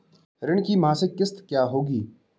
ऋण की मासिक किश्त क्या होगी?